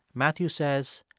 matthew says,